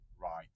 right